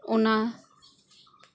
ᱚᱱᱟ